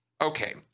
okay